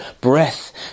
breath